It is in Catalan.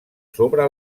sobre